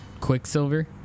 Quicksilver